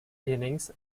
innings